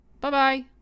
Bye-bye